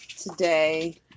today